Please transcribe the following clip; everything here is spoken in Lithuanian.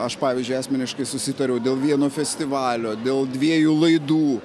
aš pavyzdžiui asmeniškai susitariau dėl vieno festivalio dėl dviejų laidų